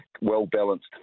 well-balanced